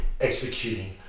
executing